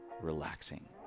relaxing